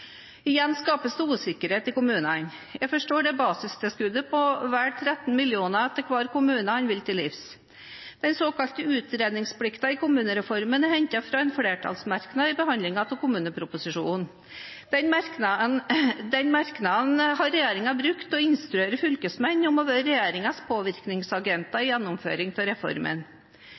Igjen skapes det usikkerhet i kommunene. Jeg forstår at det er basistilskuddet på vel 13 mill. kr til hver kommune han vil til livs. Den såkalte utredningsplikten i kommunereformen er hentet fra en flertallsmerknad i behandlingen av kommuneproposisjonen for 2015. Den merknaden har regjeringen brukt til å instruere fylkesmennene om å være